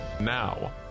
Now